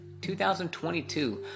2022